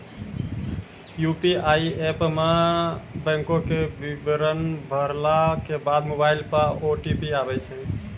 UPI app मे बैंको के विबरण भरला के बाद मोबाइल पे ओ.टी.पी आबै छै